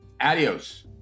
Adios